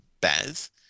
Baz